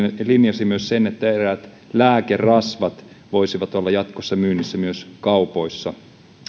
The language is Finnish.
linjasi myös sen että eräät lääkerasvat voisivat olla jatkossa myynnissä myös kaupoissa